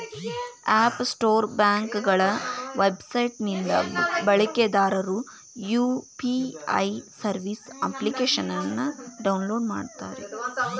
app store ಬ್ಯಾಂಕ್ಗಳ website ನಿಂದ ಬಳಕೆದಾರರು ಯು.ಪಿ.ಐ ಸರ್ವಿಸ್ ಅಪ್ಲಿಕೇಶನ್ನ ಡೌನ್ಲೋಡ್ ಮಾಡುತ್ತಾರೆ